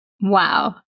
Wow